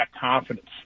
confidence